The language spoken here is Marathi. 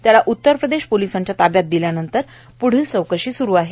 त्याला उत्तर प्रदेश पोलिसांच्या ताव्यात दिल्यानंतर पुढील चौकशी सुरू राहणार आहे